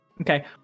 Okay